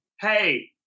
hey